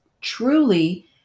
truly